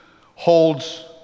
holds